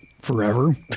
forever